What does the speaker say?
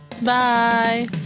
Bye